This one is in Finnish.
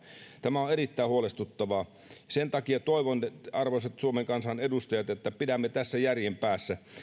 tämä on erittäin huolestuttavaa sen takia toivon arvoisat suomen kansan edustajat että pidämme tässä järjen päässä